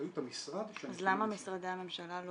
באחריות המשרד --- אז למה משרדי הממשלה לא